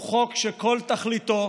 הוא חוק שכל תכליתו